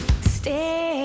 Stay